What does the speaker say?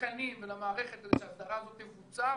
לתקנים ולמערכת כדי שההסדרה הזאת תבוצע,